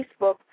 Facebook